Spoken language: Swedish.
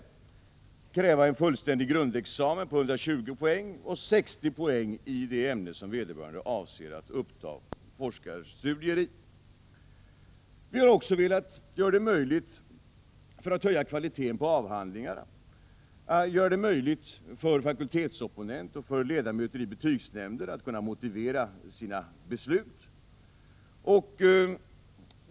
Det måste krävas en fullständig grundexamen om 120 poäng och 60 poäng i det ämne som vederbörande avser att uppta forskarstudier i. Vi har vidare för att höja kvaliteten på avhandlingarna velat göra det möjligt för fakultetsopponenter och ledamöter i betygsnämnden att motivera sina beslut.